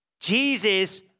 Jesus